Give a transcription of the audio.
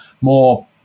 more